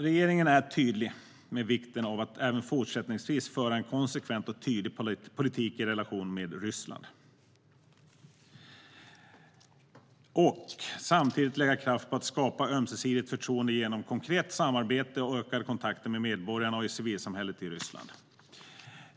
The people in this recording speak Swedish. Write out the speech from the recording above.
Regeringen är tydlig med vikten av att även fortsättningsvis föra en konsekvent och tydlig politik i relationerna med Ryssland och samtidigt lägga kraft på att skapa ett ömsesidigt förtroende genom konkret samarbete och ökade kontakter med medborgarna och civilsamhället i Ryssland.